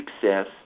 success